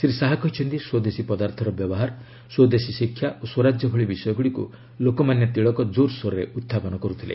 ଶ୍ରୀ ଶାହା କହିଛନ୍ତି ସ୍ପଦେଶୀ ପଦାର୍ଥର ବ୍ୟବହାର ସ୍ୱଦେଶୀ ଶିକ୍ଷା ଓ ସ୍ୱରାଜ୍ୟ ଭଳି ବିଷୟଗୁଡ଼ିକୁ ଲୋକମାନ୍ୟ ତିଳକ ଜୋରସୋରରେ ଉତ୍ଥାପନ କରୁଥିଲେ